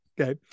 okay